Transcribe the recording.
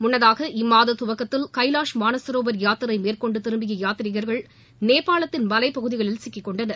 முன்னதாக இம்மாத துவக்கத்தில் கைலாஷ் மாளசரோவா் யாத்திரை மேற்கொண்டு திரும்பிய யாத்ரிகர்கள் நேபாளத்தின் மலைப்பகுதிகளில் சிக்கிக்கொண்டனர்